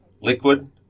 liquid